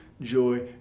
joy